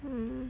mm